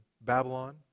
Babylon